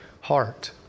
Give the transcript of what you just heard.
heart